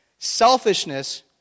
selfishness